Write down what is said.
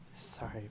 Sorry